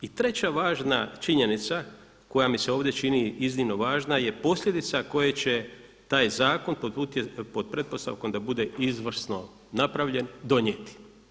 I treća važna činjenica koja mi se ovdje čini iznimno važna je posljedica koje će taj zakon pod pretpostavkom da bude izvrsno napravljen donijeti.